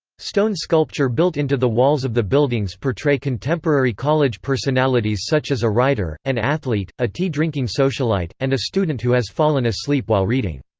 stone sculpture built into the walls of the buildings portray contemporary college personalities such as a writer, an athlete, a tea-drinking socialite, and a student who has fallen asleep while reading.